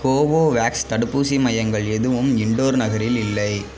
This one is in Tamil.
கோவோவேக்ஸ் தடுப்பூசி மையங்கள் எதுவும் இண்டோர் நகரில் இல்லை